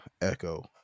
Echo